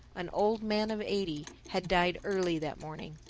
an old man of eighty, had died early that morning.